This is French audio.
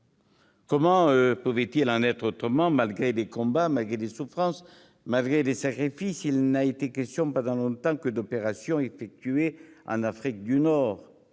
Comment pouvait-il en être autrement ? Malgré les combats, malgré les souffrances, malgré les sacrifices, il n'a été question pendant longtemps que « d'opérations effectuées en Afrique du Nord